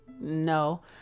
No